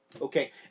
okay